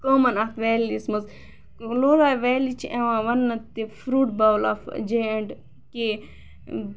common اتھ valley یس منٛز لولاب ویلی چھِ یوان وَنہٕ تہِ fruit bowl of J and K